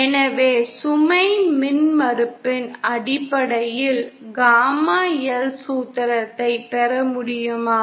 எனவே சுமை மின்மறுப்பின் அடிப்படையில் காமா L சூத்திரத்தைப் பெற முடியுமா